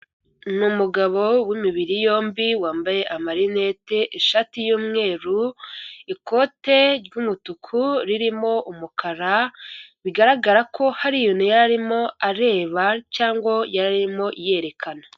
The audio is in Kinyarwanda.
Ni umugabo w'imibiri yombi wambaye amarinete, ishati y'umweru, ikote ry'umutuku ririmo umukara, bigaragara ko hari ibintu yari arimo areba cyangwa yari arimo yerekana.